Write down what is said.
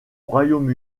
royaume